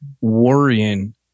worrying